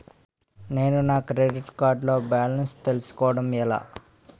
నేను నా credit card లో బాలన్స్ తెలుసుకోవడం ఎలా?